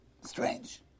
Strange